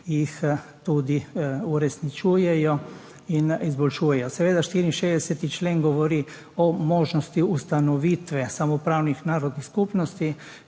jih tudi uresničujejo in izboljšujejo. 64. člen govori o možnosti ustanovitve samoupravnih narodnih skupnosti